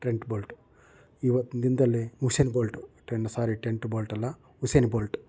Trent Bolt ಇವತ್ತಿನಿಂದಲೇ Usain Bolt Trent sorry tent ಬೋಲ್ಟಲ್ಲ Usain Bolt